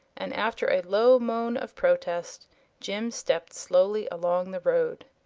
and after a low moan of protest jim stepped slowly along the road.